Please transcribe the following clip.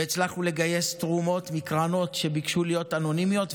והצלחנו לגייס תרומות מקרנות שביקשו להיות אנונימיות,